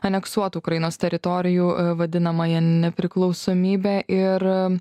aneksuotų ukrainos teritorijų vadinamąją nepriklausomybę ir